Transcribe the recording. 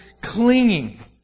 clinging